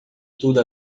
tudo